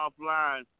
offline